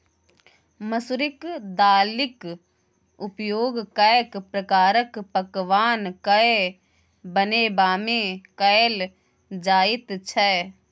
मसुरिक दालिक उपयोग कैक प्रकारक पकवान कए बनेबामे कएल जाइत छै